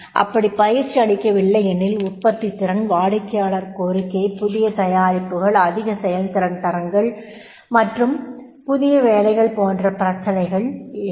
அப்படி பயிற்சி அளிக்கவில்லையெனில் உற்பத்தித் திறன் வாடிக்கையாளர் கோரிக்கை புதிய தயாரிப்புகள் அதிக செயல்திறன் தரங்கள் மற்றும் புதிய வேலைகள் போன்ற பபிரச்சனைகள் எழும்